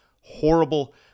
horrible